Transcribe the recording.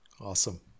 Awesome